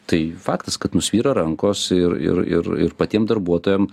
tai faktas kad nusvyra rankos ir ir ir ir patiem darbuotojam